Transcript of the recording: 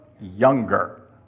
younger